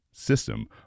system